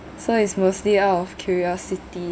so it's mostly out of curiosity